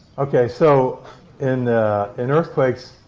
okay, so and in earthquakes,